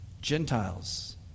Gentiles